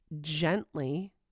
gently